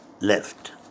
left